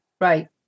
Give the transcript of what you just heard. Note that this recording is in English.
right